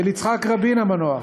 של יצחק רבין המנוח,